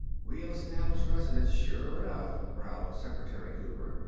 we'll establish residence sure enough, growled secretary cooper,